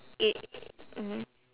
i~ mmhmm